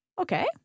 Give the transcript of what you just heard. Okay